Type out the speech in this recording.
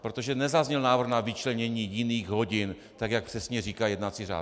Protože nezazněl návrh na vyčlenění jiných hodin tak, jak přesně říká jednací řád.